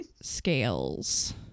scales